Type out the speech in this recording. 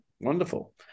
Wonderful